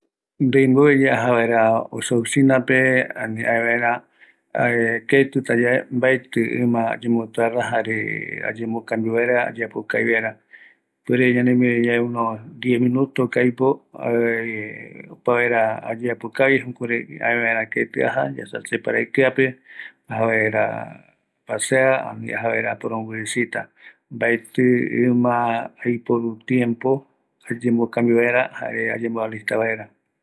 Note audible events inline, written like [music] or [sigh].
﻿Ndeivove yae aja vaera se oficinape, ani aëvaera [hesitation] ketita yae, mbaeti ima ayembo tarda jare [hesitation] ayembokambio vaera, ayeapo kavi vaera, ipuere ñanemiariyae diez minutosko aipo [hesitation] opa vaera ayeapo kavi, jukurai aevaera keti aja, ya sea separaikiape, avaera apasea, ani ajavaera aporombovisita mbaeti ima aiporu tiempo ayembokambio vaera jare jare ayembo alista vaera